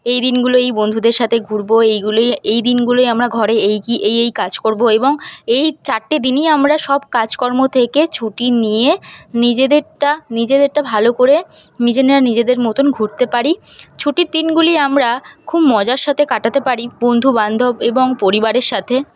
এই দিনগুলোয় বন্ধুদের সাথে ঘুরবো এইগুলোই এই দিনগুলোয় আমরা ঘরে এই কি এই এই কাজ করব এবং এই চারটে দিনই আমরা সব কাজকর্ম থেকে ছুটি নিয়ে নিজেদেরটা নিজেদেরটা ভালো করে নিজেরা নিজেদের মতন ঘুরতে পারি ছুটির দিনগুলি আমরা খুব মজার সাথে কাটাতে পারি বন্ধুবান্ধব এবং পরিবারের সাথে